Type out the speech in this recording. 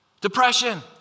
Depression